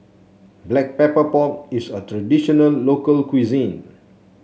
Black Pepper Pork is a traditional local cuisine